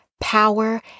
power